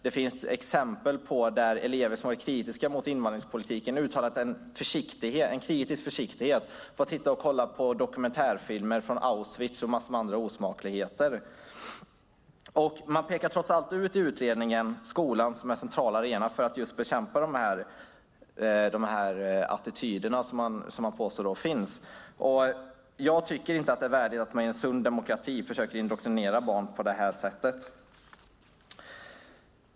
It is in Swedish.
Det finns exempel på att elever som varit kritiska mot invandringspolitiken och uttalat en kritisk försiktighet fått sitta och kolla på dokumentärfilmer från Auschwitz och massor med andra osmakligheter. Man pekar trots allt i utredningen ut skolan som en central arena för att just bekämpa de attityder som man påstår finns. Jag tycker inte att det är värdigt att man i en sund demokrati försöker indoktrinera barn på det här sättet.